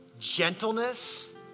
gentleness